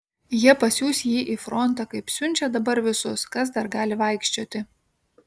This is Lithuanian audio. jie pasiųs jį į frontą kaip siunčia dabar visus kas dar gali vaikščioti